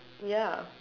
ya